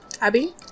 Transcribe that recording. Abby